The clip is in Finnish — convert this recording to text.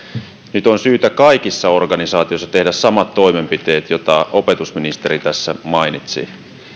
nyt on syytä kaikissa organisaatioissa tehdä samat toimenpiteet joita opetusministeri tässä mainitsi